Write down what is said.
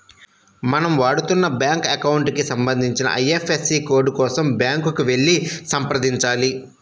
మనం వాడుతున్న bank account కి సంబంధించిన ఐ.ఎఫ్.ఎస్.సి కోడ్ కోసం బ్యాంకుకి వెళ్లి సంప్రదించాలి